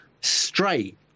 straight